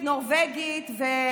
אוקיי.